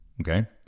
okay